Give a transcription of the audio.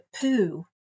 poo